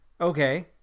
okay